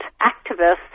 activists